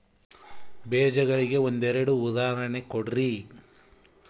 ಬೇಜಗಳಿಗೆ ಒಂದೆರಡು ಉದಾಹರಣೆ ಕೊಡ್ರಿ?